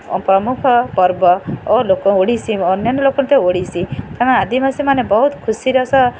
ପ୍ରମୁଖ ପର୍ବ ଓ ଲୋକ ଓଡ଼ିଶୀ ଅନ୍ୟାନ୍ୟ ଲୋକନୃତ୍ୟ ମଧ୍ୟ ଓଡ଼ିଶୀ କାରଣ ଆଦିବାସୀମାନେ ବହୁତ ଖୁସିର ସହ